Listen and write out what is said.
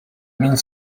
мин